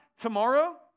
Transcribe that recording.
tomorrow